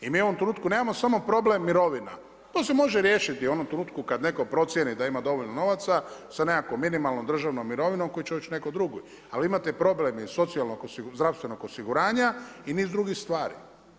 I mi u ovom trenutku nemamo samo problem mirovina, to se može riješiti u onom trenutku kada netko procijeni da ima dovoljno novaca sa nekom minimalnom državnom mirovinom koji … ali imate problem i socijalnog zdravstvenog osiguranja i niz drugih stvari.